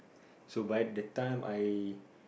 so by the time I